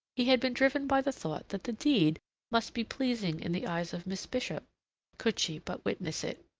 he had been driven by the thought that the deed must be pleasing in the eyes of miss bishop could she but witness it.